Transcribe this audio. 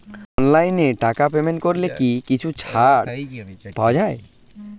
অনলাইনে টাকা পেমেন্ট করলে কি কিছু টাকা ছাড় পাওয়া যায়?